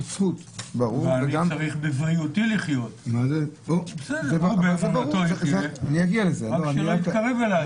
שיחיה באמונתו אבל שלא יתקרב אלי.